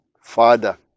Father